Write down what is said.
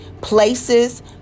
places